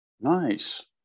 nice